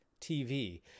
tv